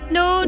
no